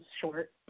short